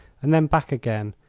and then back again,